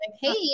Hey